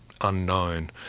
unknown